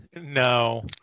no